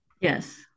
Yes